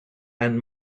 and